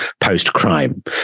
post-crime